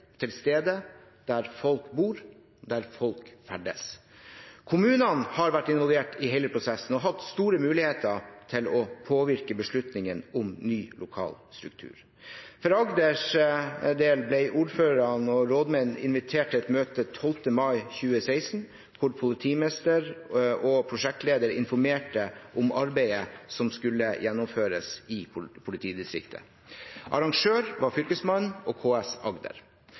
til stede der folk bor og ferdes. Kommunene har vært involvert i hele prosessen og har hatt store muligheter til å påvirke beslutningen om ny lokal struktur. For Agders del ble ordførerne og rådmennene invitert til et møte den 12. mai 2016, der politimester og prosjektleder informerte om arbeidet som skulle gjennomføres i politidistriktet. Arrangør var Fylkesmannen og KS Agder.